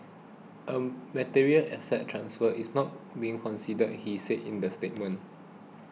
a material asset transfer is not being considered he said in the statement